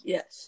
Yes